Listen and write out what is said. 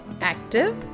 active